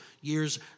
years